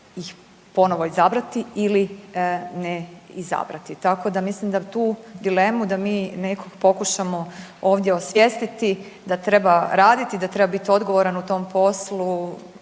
ih ponovo izabrati ili ne izabrati, tako da mislim da tu dilemu da mi nekog pokušamo ovdje osvijestiti da treba raditi, da treba biti odgovoran u tom poslu